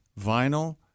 vinyl